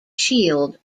shield